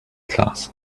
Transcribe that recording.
class